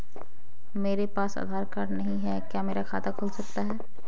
मेरे पास आधार कार्ड नहीं है क्या मेरा खाता खुल जाएगा?